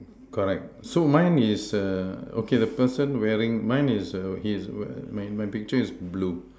correct so mine is err okay the person wearing mine is err he is in my picture is blue